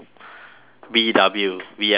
B W B M W